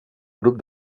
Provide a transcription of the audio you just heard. grup